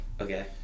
okay